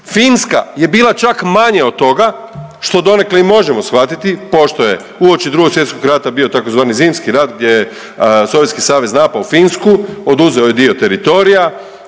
Finska je bila čak manje od toga što donekle i možemo shvatiti, pošto je uoči Drugog svjetskog rata bio tzv. Zimski rat gdje je Sovjetski savez napao Finsku, oduzeo joj dio teritorija,